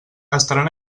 estaran